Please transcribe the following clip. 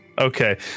Okay